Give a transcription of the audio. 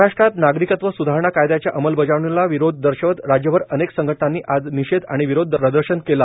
महाराष्ट्रात नागरिकत्व स्धारणा कायद्याच्या अंमलबजावणीला विरोध दर्शवत राज्यभर अनेक संघटनांनी आज निषेध आणि विरोध प्रदर्शन केली